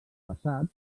passat